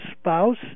spouse